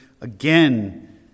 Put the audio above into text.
Again